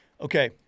Okay